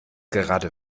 gerade